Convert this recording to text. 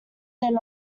than